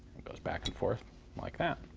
it goes back and forth like that.